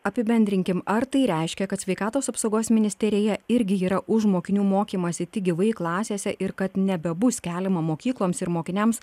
apibendrinkim ar tai reiškia kad sveikatos apsaugos ministerija irgi yra už mokinių mokymąsi tik gyvai klasėse ir kad nebebus keliama mokykloms ir mokiniams